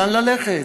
לאן ללכת.